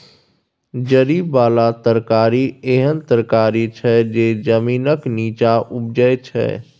जरि बला तरकारी एहन तरकारी छै जे जमीनक नींच्चाँ उपजै छै